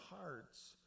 hearts